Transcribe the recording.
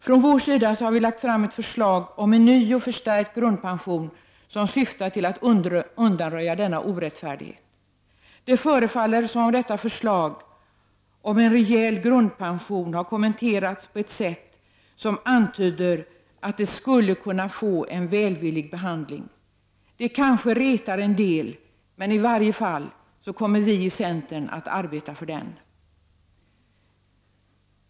Från vår sida har vi lagt fram ett förslag om en ny och förstärkt grundpension, som syftar till att undanröja denna orättfärdighet. Det förefaller som om detta förslag om en rejäl grundpension har kommenterats på ett sätt som antyder att det skulle kunna få en välvillig behandling. Förslaget retar kanske en del, men i varje fall kommer vi i centern att arbeta för det.